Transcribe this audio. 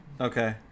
okay